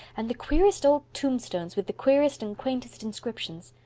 and the queerest old tombstones, with the queerest and quaintest inscriptions.